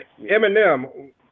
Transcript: Eminem